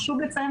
חשוב לציין,